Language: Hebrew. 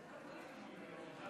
יש לך עד